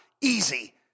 easy